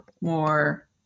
more